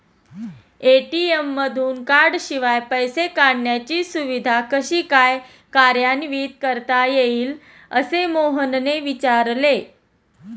ATM मधून कार्डशिवाय पैसे काढण्याची सुविधा कशी काय कार्यान्वित करता येईल, असे मोहनने विचारले